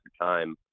time